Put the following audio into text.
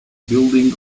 building